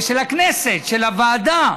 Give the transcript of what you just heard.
הכנסת, של הוועדה,